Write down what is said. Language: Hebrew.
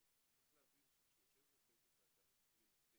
אבל צריך להבין שכשיושב רופא ומנתב,